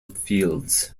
fields